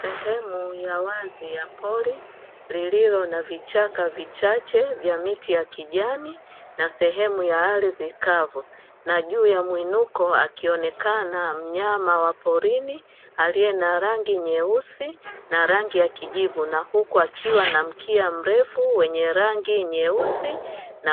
Sehemu ya wazi ya pori lililo na vichaka vichache vya miti ya kijani na sehemu ya ardhi kavu, na juu ya mwinuko akionekana mnyama wa porini aliye na rangi nyeusi na rangi ya kijivu, na huku akiwa na mkia mrefu wenye rangi nyeusi,